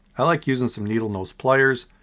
i like using some needle nose pliers.